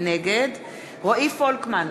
רועי פולקמן,